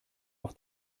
auf